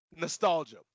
nostalgia